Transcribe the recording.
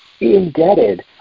Indebted